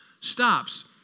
stops